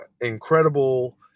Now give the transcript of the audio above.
incredible